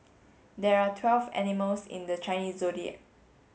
there are twelve animals in the Chinese Zodiac